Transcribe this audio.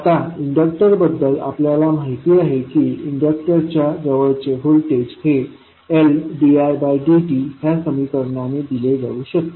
आता इंडक्टर बद्दल आपल्याला माहीत आहे की इंडक्टरच्या जवळचे होल्टेज हे Ldidt ह्या समीकरणाने दिले जाऊ शकते